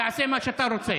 תעשה מה שאתה רוצה.